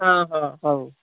ହଁ ହଁ ହଉ